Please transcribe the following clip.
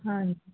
ਹਾਂਜੀ